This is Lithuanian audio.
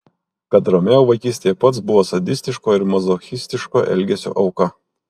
kad romeo vaikystėje pats buvo sadistiško ir mazochistiško elgesio auka